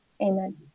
amen